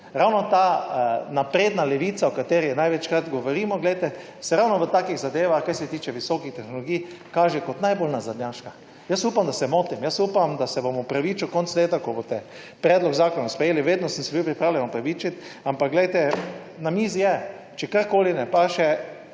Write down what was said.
problem. Napredna levica, o kateri največkrat govorimo, se ravno v takih zadevah, kar se tiče visokih tehnologij, kaže kot najbolj nazadnjaška. Upam, da se motim, upam, da se bom opravičil konec leta, ko boste predlog zakona sprejeli. Vedno sem se bil pripravljen opravičiti, ampak glejte, na mizi je. Če karkoli ne paše,